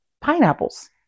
pineapples